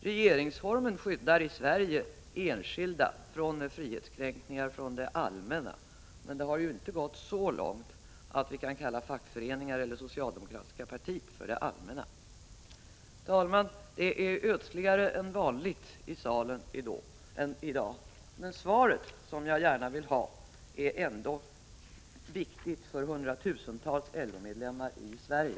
Regeringsformen i Sverige skyddar enskilda mot frihetskränkningar från det allmänna, men det har ju inte gått så långt att vi kan kalla fackföreningar eller det socialdemokratiska partiet för ”det allmänna”. Herr talman! Det är ödsligare än vanligt i plenisalen i dag, men det svar som jag gärna vill ha är ändå viktigt för hundratusentals LO-medlemmar i Sverige.